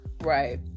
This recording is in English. right